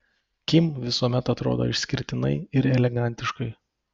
kim visuomet atrodo išskirtinai ir elegantiškai